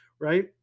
right